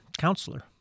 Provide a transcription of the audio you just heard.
counselor